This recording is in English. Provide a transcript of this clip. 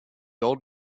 old